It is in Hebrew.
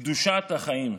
קדושת החיים.